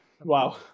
Wow